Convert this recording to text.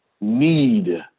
need